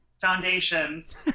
foundations